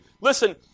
Listen